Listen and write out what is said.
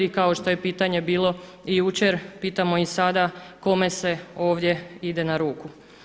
I kao što je pitanje bilo jučer pitamo i sada, kome se ovdje ide na ruku?